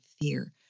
fear